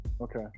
Okay